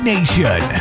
Nation